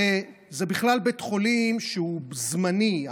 זה בכלל בית חולים שהוא זמני.